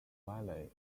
valley